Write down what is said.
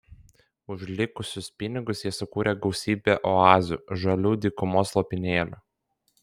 už likusius pinigus jie sukūrė gausybę oazių žalių dykumos lopinėlių